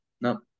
no